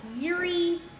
Yuri